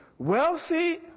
Wealthy